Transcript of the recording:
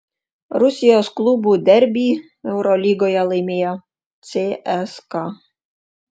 rusijos klubų derbį eurolygoje laimėjo cska